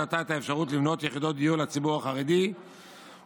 עתה את האפשרות לבנות יחידות דיור לציבור החרדי ומהן